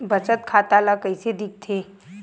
बचत खाता ला कइसे दिखथे?